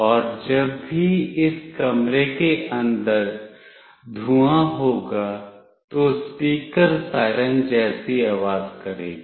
और जब भी इस कमरे के अंदर धुआं होगा तो स्पीकर सायरन जैसी आवाज करेगा